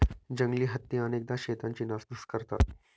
जंगली हत्ती अनेकदा शेतांची नासधूस करतात